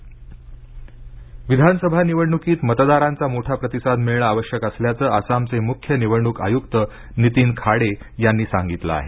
आसाम नीतीन खाडे विधानसभा निवडणुकीत मतदारांचा मोठा प्रतिसाद मिळणं आवश्यक असल्याचं आसामचे मुख्य निवडणूक आयुक्त नीतीन खाडे यांनी सांगितलं आहे